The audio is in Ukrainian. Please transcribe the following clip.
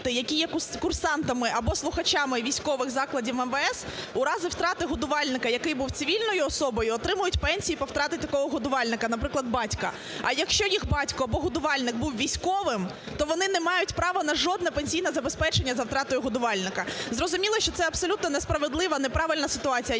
які є курсантами або слухачами військових закладів МВС, у разі втрати годувальника, який був цивільною особою, отримують пенсії по втраті такого годувальника, наприклад, батька. А якщо їх батько або годувальник був військовим, то вони не мають права на жодне пенсійне забезпечення за втратою годувальника. Зрозуміло, що це абсолютно несправедлива, неправильна ситуація,